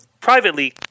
privately